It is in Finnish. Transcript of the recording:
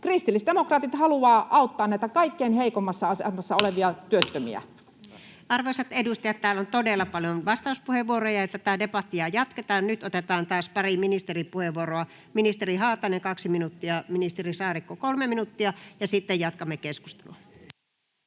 Kristillisdemokraatit haluavat auttaa näitä kaikkein heikoimmassa asemassa olevia työttömiä. Arvoisat edustajat, täällä on todella paljon vastauspuheenvuoropyyntöjä, ja tätä debattia jatketaan, mutta nyt otetaan taas pari ministeripuheenvuoroa. — Ministeri Haatainen, 2 minuuttia, ja ministeri Saarikko, 3 minuuttia, ja sitten jatkamme keskustelua.